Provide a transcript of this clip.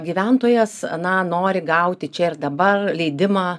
gyventojas na nori gauti čia ir dabar leidimą